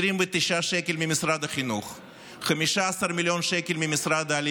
29 מיליון שקל ממשרד החינוך,